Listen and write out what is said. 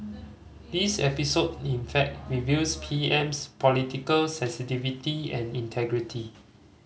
this episode in fact reveals P M's political sensitivity and integrity